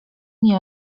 nie